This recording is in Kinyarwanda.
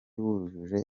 bujuje